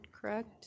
correct